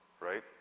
right